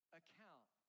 account